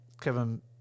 Kevin